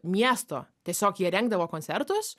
miesto tiesiog jie rengdavo koncertus